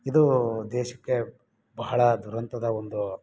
ಇದು ದೇಶಕ್ಕೆ ಬಹಳ ದುರಂತದ ಒಂದು